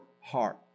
heart